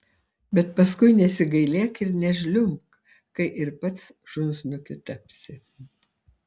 bet paskui nesigailėk ir nežliumbk kai ir pats šunsnukiu tapsi